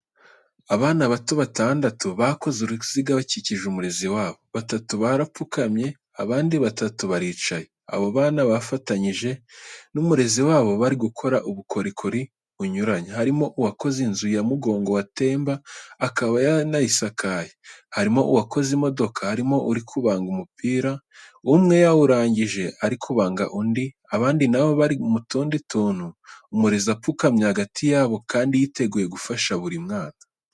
Abana bato batandatu bakoze uruziga, bakikije umurezi wabo. Batatu barapfukamye, abandi batatu baricaye. Abo bana bafatanyije n'umurezi wabo, bari gukora ubukorikori bunyuranye. Harimo uwakoze inzu ya mugongo wa temba, akaba yanayisakaye, harimo uwakoze imodoka, harimo urimo kubanga imipira, umwe yawurangije, ari kubanga undi, abandi na bo bari mu tundi tuntu. Umurezi apfukamye hagati yabo kandi yiteguye gufasha buri mwana.